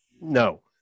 No